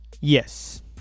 yes